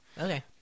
Okay